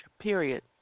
period